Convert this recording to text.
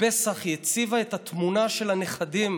בפסח היא הציבה את התמונה של הנכדים